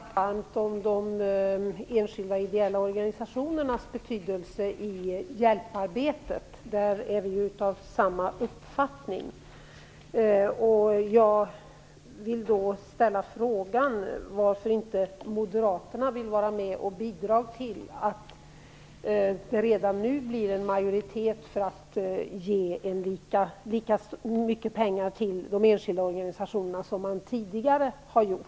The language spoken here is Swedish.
Herr talman! Lars Hjertén talar varmt om de enskilda ideella organisationernas betydelse i hjälparbetet. Där är vi av samma uppfattning. Jag vill då ställa frågan: Varför vill inte Moderaterna vara med och bidra till att det redan nu blir en majoritet för att ge lika mycket pengar till de enskilda organisationerna som man tidigare har gjort?